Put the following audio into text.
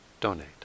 donate